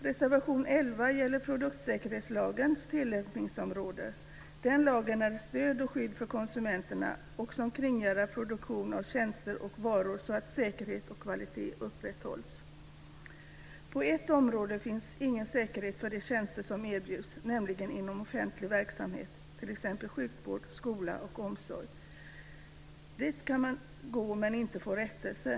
Reservation nr 11 gäller produktsäkerhetslagens tillämpningsområde. Den lagen är ett stöd och ett skydd för konsumenterna. Den kringgärdar produktion av tjänster och varor, så att säkerhet och kvalitet upprätthålls. På ett område finns ingen säkerhet för de tjänster som erbjuds, nämligen inom offentlig verksamhet, t.ex. sjukvård, skola och omsorg. Dit kan man gå, men inte få rättelse.